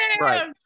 Right